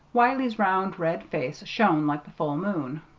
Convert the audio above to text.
wiley's round red face shone like the full moon.